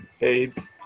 AIDS